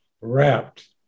wrapped